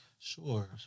Sure